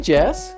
Jess